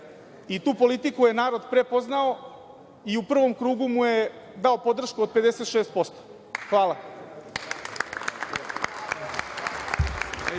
i tu politiku je narod prepoznao i u prvom krugu mu je dao podršku od 56%. Hvala.